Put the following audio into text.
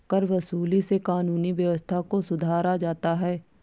करवसूली से कानूनी व्यवस्था को सुधारा जाता है